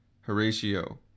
Horatio